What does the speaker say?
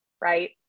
Right